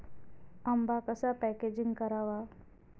आंबा कसा पॅकेजिंग करावा?